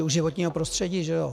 U životního prostředí, že jo.